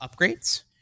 upgrades